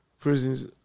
Prisons